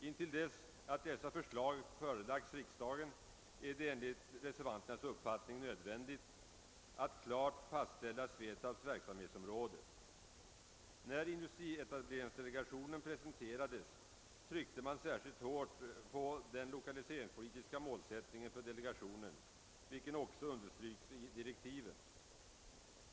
Intill dess att dessa förslag förelagts riksdagen är det enligt reservanternas uppfattning nödvändigt att klart fastställa SVETAB:s verksamhetsområde. När industrietableringsdelegationen presenterades tryckte man särskilt på den lokaliseringspolitiska målsättningen för delegationen, vilken också understryks i direktiven.